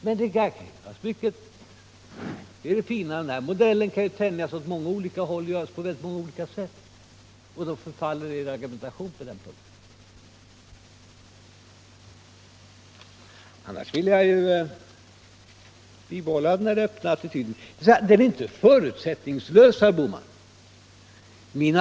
Men det fina med den här modellen är att den kan tänjas åt olika håll och utformas på olika sätt. Därför faller hela er argumentation. Jag vill bibehålla min öppna attityd. Men den är inte förutsättningslös, herr Bohman.